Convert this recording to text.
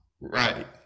Right